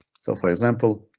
so for example,